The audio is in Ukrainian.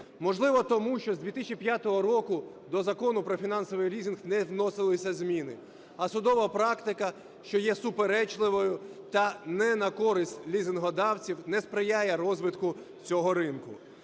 Можливо, тому, що з 2005 року до Закону "Про фінансовий лізинг" не вносилися зміни, а судова практика, що є суперечливою та не на користь лізингодавців, не сприяє розвитку цього ринку.